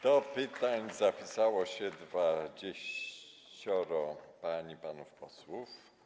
Do pytań zapisało się 20 pań i panów posłów.